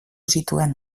zituen